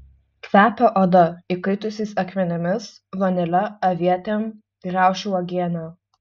kvepia oda įkaitusiais akmenimis vanile avietėm kriaušių uogiene